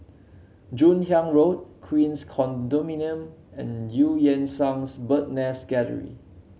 Joon Hiang Road Queens Condominium and Eu Yan Sang 's Bird Nest Gallery